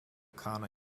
kana